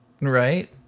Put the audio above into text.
Right